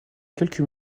quelques